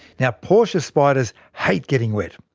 now portia spiders hate getting wet.